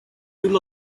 you